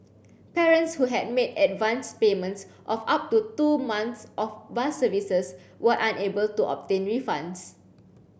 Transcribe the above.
parents who had made advanced payments of up to two months of bus services were unable to obtain refunds